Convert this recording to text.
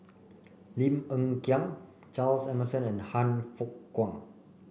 Lim Hng Kiang Charles Emmerson and Han Fook Kwang